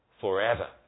forever